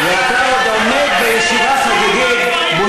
אם הכנסת תבטל את הכנסת זה גם בסדר?